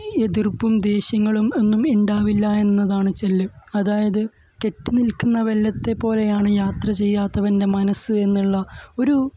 എതിർപ്പും ദേഷ്യങ്ങളും ഒന്നും ഉണ്ടാകില്ല എന്നതാണ് ചൊല്ല് അതായത് കെട്ടി നിൽക്കുന്ന വെള്ളത്തെ പോലെയാണ് യാത്ര ചെയ്യാത്തവൻ്റെ മനസ്സ് എന്നുള്ള ഒരു